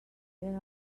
there